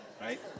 right